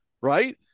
Right